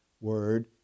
word